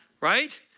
right